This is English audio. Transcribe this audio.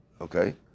Okay